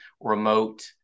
remote